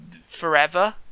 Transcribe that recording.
forever